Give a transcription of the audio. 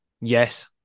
Yes